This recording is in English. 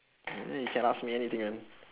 no you can ask me anything you want